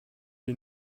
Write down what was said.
wie